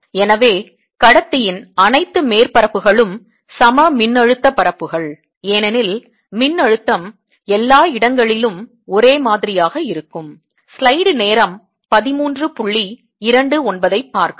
எனவே கடத்தியின் அனைத்து மேற்பரப்புகளும் சமமின்னழுத்த பரப்புகள் ஏனெனில் மின்னழுத்தம் எல்லா இடங்களிலும் ஒரே மாதிரியாக இருக்கும்